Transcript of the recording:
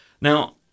Now